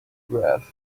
grass